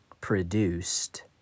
produced